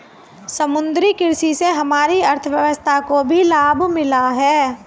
समुद्री कृषि से हमारी अर्थव्यवस्था को भी लाभ मिला है